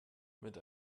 mit